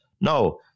no